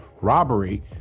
robbery